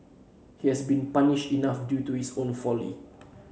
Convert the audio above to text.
he has been punished enough due to his own folly